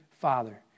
father